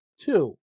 Two